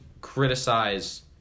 criticize